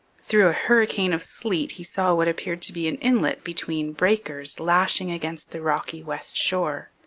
through a hurricane of sleet he saw what appeared to be an inlet between breakers lashing against the rocky west shore.